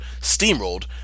steamrolled